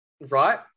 Right